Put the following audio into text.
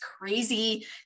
crazy